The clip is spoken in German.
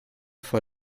vor